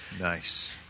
Nice